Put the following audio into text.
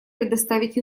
предоставить